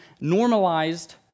normalized